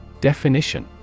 Definition